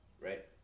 right